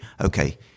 okay